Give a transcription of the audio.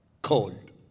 cold